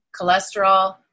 Cholesterol